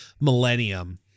Millennium